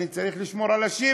אני צריך לשמור על השיבר.